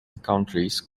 countries